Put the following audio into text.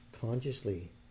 consciously